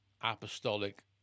apostolic